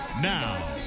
Now